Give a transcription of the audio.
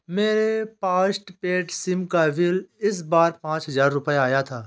मेरे postpaid sim का bill इस बार पाँच हजार रुपए आया था